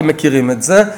אתם מכירים את זה.